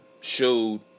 showed